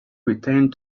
returned